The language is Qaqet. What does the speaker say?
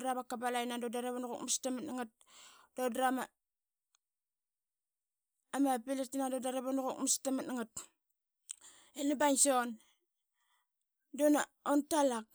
dra ma kabalaqina dun det ip una qukmastam matngat. Dun drama pilitina dun diit ivun na qukmastam matngat. I nani bain sun duna untalak.